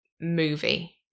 movie